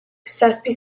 zazpi